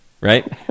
Right